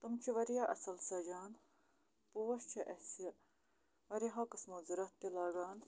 تِم چھِ واریاہ اَصٕل سَجان پوش چھِ اَسہِ واریاہو قٕسمو ضوٚرت تہِ لاگان